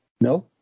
No